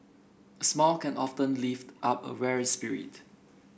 a smile can often lift up a weary spirit